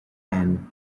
and